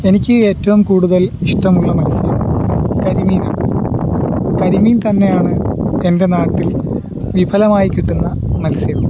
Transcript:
എനിക്ക് ഏറ്റവും കൂടുതൽ ഇഷ്ടമുള്ള മത്സ്യം കരിമീനാണ് കരിമീൻ തന്നെയാണ് എൻ്റെ നാട്ടിൽ വിഫലമായി കിട്ടുന്ന മത്സ്യവും